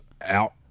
out